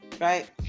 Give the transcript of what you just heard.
Right